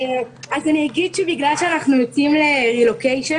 אז אני אגיד שבגלל שאנחנו יוצאים לרילוקיישן